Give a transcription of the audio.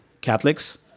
Catholics